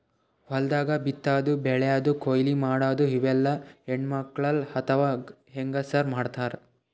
ಹೊಲ್ದಾಗ ಬಿತ್ತಾದು ಬೆಳ್ಯಾದು ಕೊಯ್ಲಿ ಮಾಡದು ಇವೆಲ್ಲ ಹೆಣ್ಣ್ಮಕ್ಕಳ್ ಅಥವಾ ಹೆಂಗಸರ್ ಮಾಡ್ತಾರ್